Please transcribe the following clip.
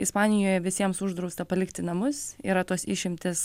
ispanijoje visiems uždrausta palikti namus yra tos išimtys